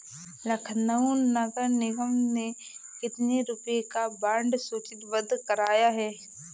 लखनऊ नगर निगम ने कितने रुपए का बॉन्ड सूचीबद्ध कराया है?